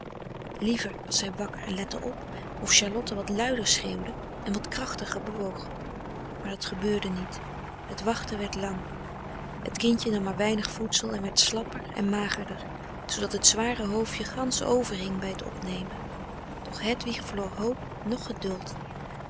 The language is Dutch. liever was zij wakker en lette op of charlotte wat luider schreeuwde en wat krachtiger bewoog maar dat gebeurde niet het wachten werd lang het kindje nam maar weinig voedsel en werd slapper en magerder zoodat t zware hoofdje gansch verhing bij t opnemen doch hedwig verloor hoop noch geduld